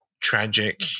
tragic